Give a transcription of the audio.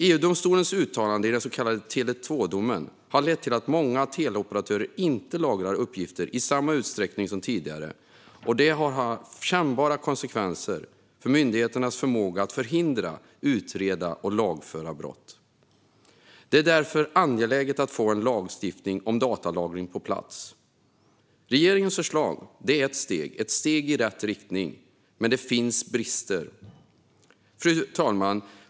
EU-domstolens uttalanden i den så kallade Tele 2-domen har lett till att många teleoperatörer inte lagrar uppgifter i samma utsträckning som tidigare, med kännbara konsekvenser för myndigheternas förmåga att förhindra, utreda och lagföra brott. Det är därför angeläget att få en lagstiftning om datalagring på plats. Regeringens förslag är ett steg i rätt riktning. Men det finns brister.